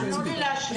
תנו לי להשלים.